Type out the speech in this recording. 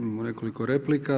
Imamo nekoliko replika.